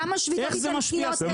כמה שביתות איטלקיות היו?